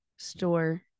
store